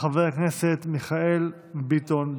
יציג, חבר הכנסת מיכאל ביטון.